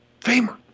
famer